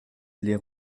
lès